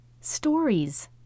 stories